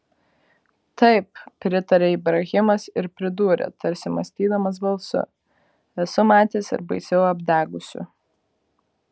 taip pritarė ibrahimas ir pridūrė tarsi mąstydamas balsu esu matęs ir baisiau apdegusių